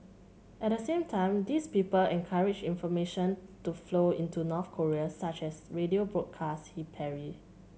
at the same time these people encourage information to flow into North Korea such as radio broadcast he parry